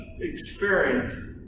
experience